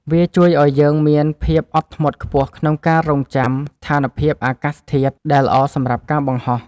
វាជួយឱ្យយើងមានភាពអត់ធ្មត់ខ្ពស់ក្នុងការរង់ចាំស្ថានភាពអាកាសធាតុដែលល្អសម្រាប់ការបង្ហោះ។